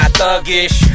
thuggish